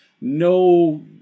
no